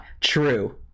true